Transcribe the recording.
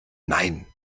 nein